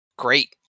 Great